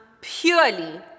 purely